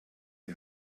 die